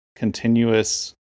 continuous